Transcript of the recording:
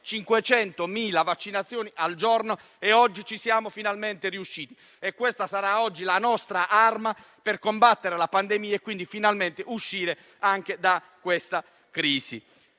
500.000 vaccinazioni al giorno. Oggi ci siamo finalmente riusciti. Questa sarà oggi la nostra arma per combattere la pandemia e uscire finalmente dalla crisi.